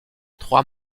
trois